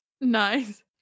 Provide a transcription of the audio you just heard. Nice